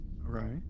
Right